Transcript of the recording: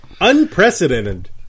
unprecedented